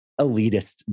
elitist